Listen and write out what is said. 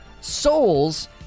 Souls